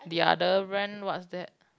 the other brand what's that